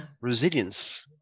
resilience